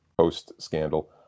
post-scandal